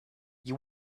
you